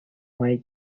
май